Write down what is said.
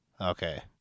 Okay